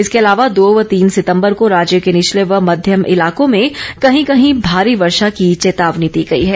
इसके अलावा दो व तीन सितम्बर को राज्य के निचले व मध्यम इलाकों में कहीं कहीं भारी वर्षा की चेतावनी दी गई है